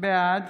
בעד